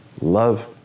love